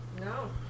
No